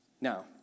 Now